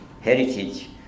heritage